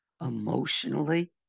emotionally